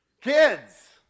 kids